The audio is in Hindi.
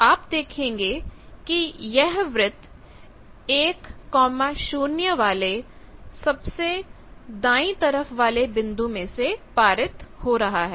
आप देखेंगे कि यह वृत्त 10 वाले सबसे दाएं तरफ वाले बिंदु में से पारित हो रहा है